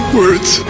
words